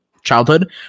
childhood